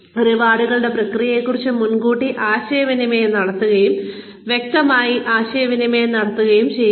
റിവാർഡുകളുടെ പ്രക്രിയയെക്കുറിച്ച് മുൻകൂട്ടി ആശയവിനിമയം നടത്തുകയും വ്യക്തമായി ആശയവിനിമയം നടത്തുകയും ചെയ്യുക